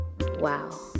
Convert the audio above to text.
Wow